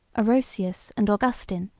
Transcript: orosius and augustin,